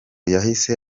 yahise